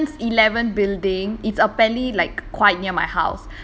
the woodlands eleven building it's apparently like quite near my house